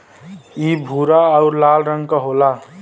इ भूरा आउर लाल रंग क होला